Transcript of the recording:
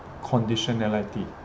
conditionality